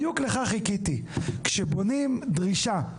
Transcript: זה שורש העניין, ולכך חיכיתי,